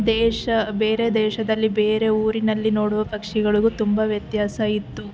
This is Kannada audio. ದೇಶ ಬೇರೆ ದೇಶದಲ್ಲಿ ಬೇರೆ ಊರಿನಲ್ಲಿ ನೋಡುವ ಪಕ್ಷಿಗಳಿಗೂ ತುಂಬ ವ್ಯತ್ಯಾಸ ಇತ್ತು